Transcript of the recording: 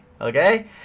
okay